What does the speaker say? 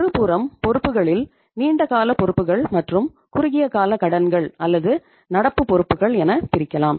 மறுபுறம் பொறுப்புகளில் நீண்ட கால பொறுப்புகள் மற்றும் குறுகிய கால கடன்கள் அல்லது நடப்பு பொறுப்புகள் என பிரிக்கலாம்